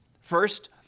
First